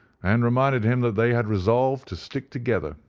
and reminded him that they had resolved to stick together.